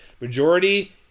majority –